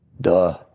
duh